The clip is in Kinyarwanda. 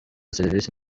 serivisi